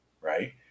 right